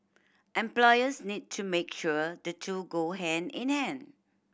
employers need to make sure the two go hand in hand